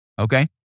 okay